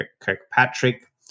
Kirkpatrick